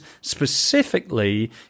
specifically